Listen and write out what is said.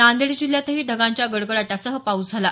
नांदेड जिल्ह्यातही ढगांच्या गडगडाटासह पाऊस झाला